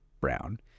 Brown